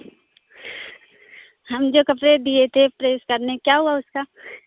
ہم جو کپڑے دیے تھے پریس کرنے کیا ہوا اس کا